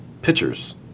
pitchers